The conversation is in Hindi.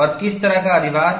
और किस तरह का अधिभार